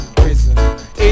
prison